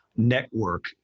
network